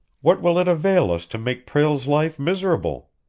what will it avail us to make prale's life miserable?